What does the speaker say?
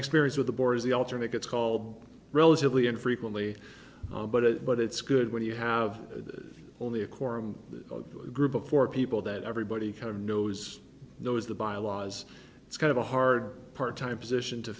experience with the board is the alternate gets called relatively infrequently but it but it's good when you have only a core and a group of four people that everybody kind of knows knows the byelaws it's kind of a hard part time position to